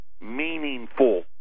meaningful